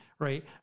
right